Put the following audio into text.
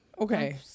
Okay